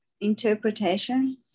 interpretation